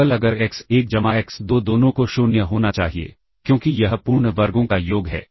केवल अगर एक्स1 जमा एक्स2 दोनों को 0 होना चाहिए क्योंकि यह पूर्ण वर्गों का योग है